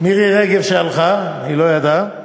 מירי רגב שהלכה, היא לא ידעה.